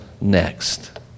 next